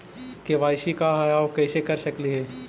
KYC का है, और कैसे कर सकली हे?